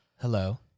hello